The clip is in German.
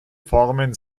formen